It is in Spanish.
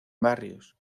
barrios